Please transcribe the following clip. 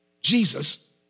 Jesus